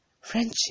Friendship